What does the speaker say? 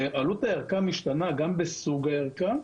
עלות הערכה משתנה גם לפי סוג הערכה,